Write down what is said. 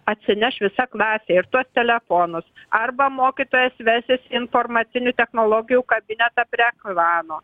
atsineš visa klasė ir tuos telefonus arba mokytojas vesis informacinių technologijų kabinetą prie ekrano